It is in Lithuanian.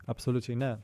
absoliučiai ne